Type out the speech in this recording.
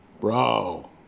Bro